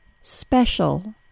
special